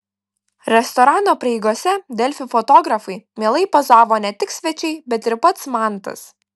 restorano prieigose delfi fotografui mielai pozavo ne tik svečiai bet ir pats mantas